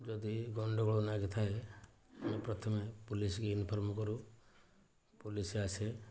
ଯଦି ଗଣ୍ଡଗୋଳ ଲାଗିଥାଏ ଆମେ ପ୍ରଥମେ ପୁଲିସକୁ ଇନଫର୍ମ କରୁ ପୁଲିସ ଆସେ